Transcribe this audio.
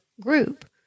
group